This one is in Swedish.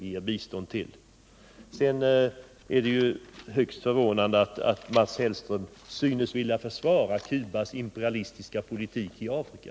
Till sist vill jag säga att det är högst förvånande att Mats Hellström synes vilja försvara Cubas imperialistiska politik i Afrika.